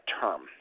term